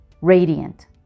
Radiant